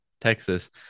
texas